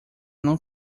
não